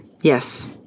Yes